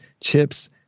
chips